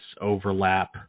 overlap